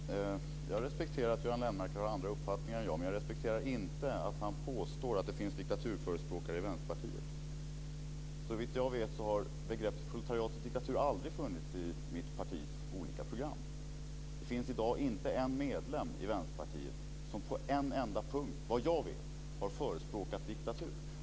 Herr talman! Jag respekterar att Göran Lennmarker har andra uppfattningar än jag, men jag respekterar inte att han påstår att det finns diktaturförespråkare i Vänsterpartiet. Såvitt jag vet har begreppet proletariatets diktatur aldrig funnits i mitt partis olika program. I dag finns det inte en medlem i Vänsterpartiet som på en enda punkt, vad jag vet, har förespråkat diktatur.